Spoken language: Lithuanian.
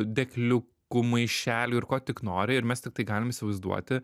dėkliukų maišelių ir ko tik nori ir mes tiktai galim įsivaizduoti